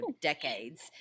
decades